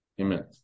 Amen